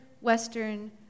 Western